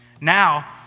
Now